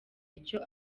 icyo